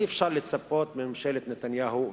אי-אפשר לצפות מממשלת נתניהו,